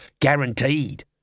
Guaranteed